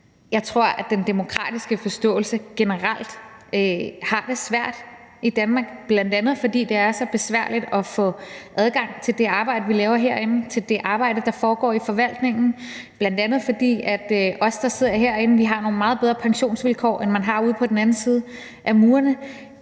Jeg tror, at den demokratiske forståelse generelt har det svært i Danmark, bl.a. fordi det er så besværligt at få adgang til det arbejde, vi laver herinde, til det arbejde, der foregår i forvaltningen, bl.a. fordi vi, der sidder herinde, har nogle meget bedre pensionsvilkår, end man har ude på den anden side af murene.